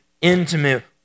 intimate